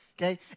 okay